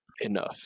enough